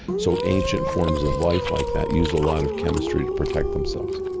so ancient forms of life like that use a lot of chemistry to protect themselves.